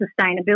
sustainability